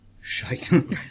shite